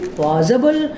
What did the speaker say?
possible